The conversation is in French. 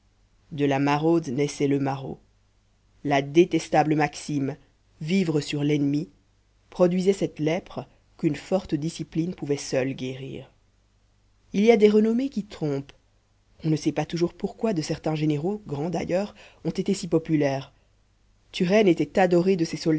de la maraude naissait le maraud la détestable maxime vivre sur l'ennemi produisait cette lèpre qu'une forte discipline pouvait seule guérir il y a des renommées qui trompent on ne sait pas toujours pourquoi de certains généraux grands d'ailleurs ont été si populaires turenne était adoré de ses